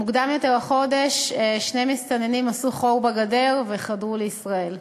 מוקדם יותר החודש שני מסתננים עשו חור בגדר וחדרו לישראל.